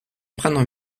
prendre